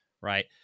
right